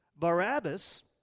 Barabbas